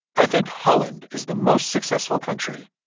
i think holland is the most successful country